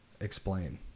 explain